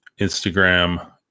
Instagram